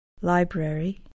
Library